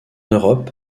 europe